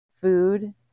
food